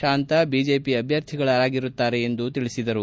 ಶಾಂತ BJP ಅಭ್ವರ್ಥಿಗಳಾಗಿರುತ್ತಾರೆ ಎಂದು ತಿಳಿಸಿದರು